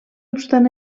obstant